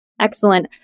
Excellent